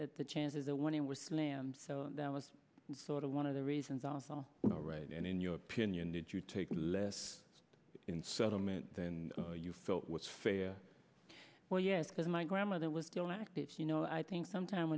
at the chances that when we land so that was sort of one of the reasons all right and in your opinion did you take less in settlement than you felt was fair well yes because my grandmother was still active you know i think sometimes